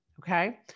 okay